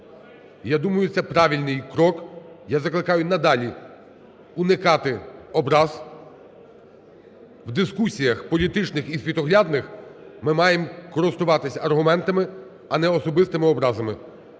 Я думаю, це правильний крок. Я закликаю надалі уникати образ, в дискусіях політичних і світоглядних ми маємо користуватись аргументами, а не особистими образами.